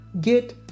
get